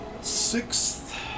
sixth